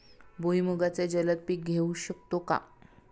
भुईमुगाचे जलद पीक घेऊ शकतो का?